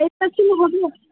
ten percent হবে না